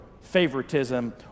favoritism